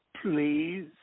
Please